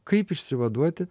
kaip išsivaduoti